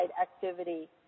activity